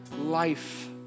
life